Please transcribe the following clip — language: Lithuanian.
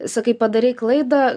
sakai padarei klaidą